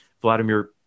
Vladimir